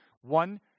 One